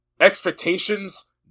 Expectations